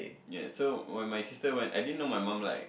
ya so when my sister went I didn't know my mum like